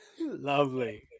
lovely